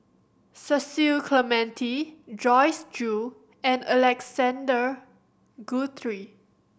Cecil Clementi Joyce Jue and Alexander Guthrie